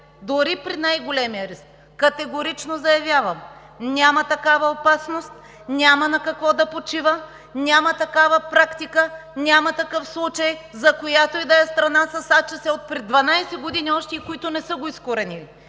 дори при най-големия риск. Категорично заявявам: няма такава опасност, няма на какво да почива, няма такава практика, няма такъв случай, за която ѝ да е страна с африканска чума по свинете, отпреди 12 години още, които не са го изкоренили